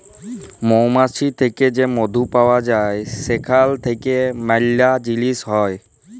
মমাছি থ্যাকে যে মধু পাউয়া যায় সেখাল থ্যাইকে ম্যালা জিলিস হ্যয়